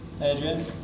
Adrian